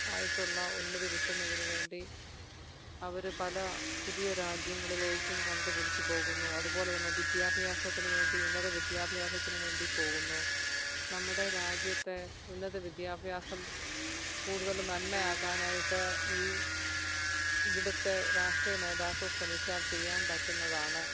ആയിട്ടുള്ള ഉന്നതി കിട്ടുന്നതിനുവേണ്ടി അവർ പല പുതിയ രാജ്യങ്ങളിലേക്കും കണ്ടുപിടിച്ച് പോകുന്നു അതുപോലെത്തന്നെ വിദ്യാഭ്യാസത്തിന് വേണ്ടി ഉന്നത വിദ്യാഭ്യാസത്തിനുവേണ്ടി പോകുന്നു നമ്മുടെ രാജ്യത്തെ ഉന്നത വിദ്യാഭ്യാസം കൂടുതൽ നന്മയാക്കാനായിട്ട് ഈ ഇവിടുത്തെ രാഷ്ട്രീയ നേതാക്കൾ ശ്രമിച്ചാൽ ചെയ്യാൻ പറ്റുന്നതാണ്